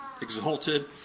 exalted